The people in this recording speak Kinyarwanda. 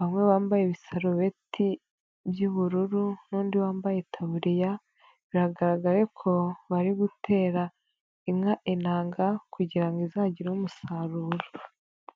aho bambaye ibisarubeti by'ubururu n'undi wambaye itaburiya, biragaragaye ko bari gutera inka intanga kugira ngo izagire umusaruro.